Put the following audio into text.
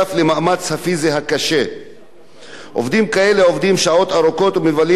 עובדים כאלה עובדים שעות ארוכות ומבלים את רוב יומם בשטח העבודה,